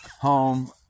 home